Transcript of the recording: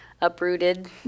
uprooted